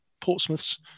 Portsmouth's